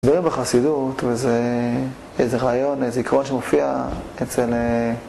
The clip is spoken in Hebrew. זה דבר בחסידות, וזה רעיון, זיכרון שמופיע אצל...